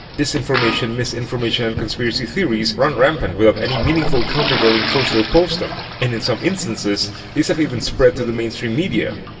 disinformation, misinformation and conspiracy theories run rampant without any meaningful countervailing force to oppose them, and in some instances, these have even spread to the mainstream media.